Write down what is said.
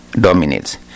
dominates